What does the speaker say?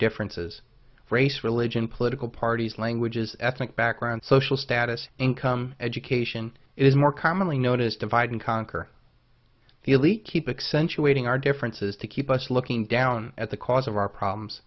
differences race religion political parties languages ethnic backgrounds social status income education is more commonly known as divide and conquer the elite keep extension waiting our differences to keep us looking down at the cause of our problems